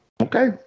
Okay